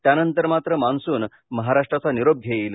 त्यानंतर मात्र मान्सून महाराष्ट्राचा निरोप घेईल